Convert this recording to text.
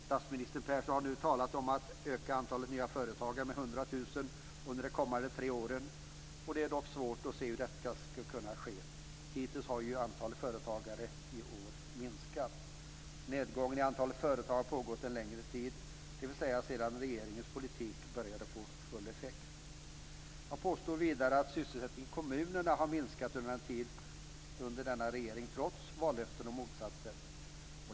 Statsminister Persson har talat om att öka antalet nya företag med 100 000 under de kommande tre åren. Det är dock svårt att se hur detta kan ske. Hittills i år har antalet företagare minskat. Nedgången i antalet företagare har pågått en längre tid, dvs. sedan regeringens politik började få full effekt. Jag påstod vidare att sysselsättningen i kommunerna har minskat under denna regering trots alla vallöften om motsatsen.